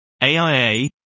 AIA